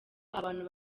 abantu